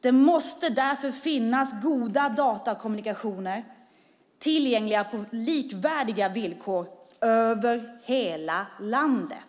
Det måste därför finnas goda datakommunikationer, tillgängliga på likvärdiga villkor, över hela landet.